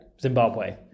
Zimbabwe